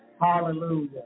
Hallelujah